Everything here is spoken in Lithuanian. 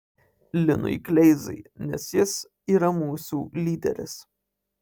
linui kleizai nes jis yra mūsų lyderis